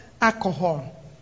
Alcohol